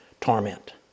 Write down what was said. torment